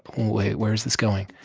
wait, where is this going?